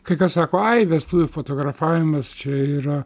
kai kas sako ai vestuvių fotografavimas čia yra